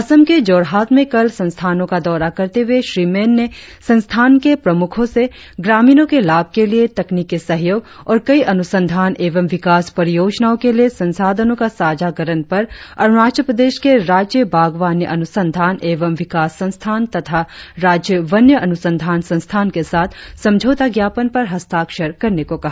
असम के जोरहाट में कल संस्थानों का दौरा करते हुए श्री मेन ने संस्थान के प्रमुखों से ग्रामीणों के लाभ के लिए तकनिकी सहयोग और कई अनुसंधान एवं विकास परियोजनाओं के लिए संशाधनों का साझाकरण पर अरुणाचल प्रदेश के राज्य बागवानी अनुसंधान एवं विकास संस्थान तथा राज्य वन्य अनुसंधान संस्थान के साथ समझौता ज्ञापन पर हस्ताक्षर करने को कहा